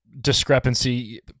discrepancy